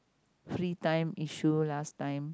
free time issue last time